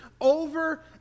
Over